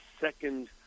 second